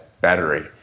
battery